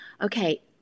okay